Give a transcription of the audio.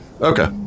okay